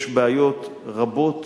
יש בעיות רבות